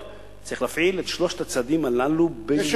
צריך להפעיל את שלושת הצעדים הללו במשולב.